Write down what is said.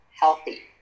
healthy